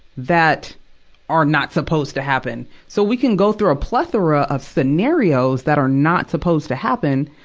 that are not supposed to happen. so we can go through a plethora of scenarios that are not supposed to happen.